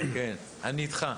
כן, אני איתך.